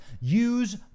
Use